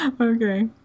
Okay